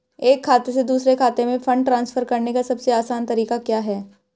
एक खाते से दूसरे खाते में फंड ट्रांसफर करने का सबसे आसान तरीका क्या है?